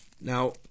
Now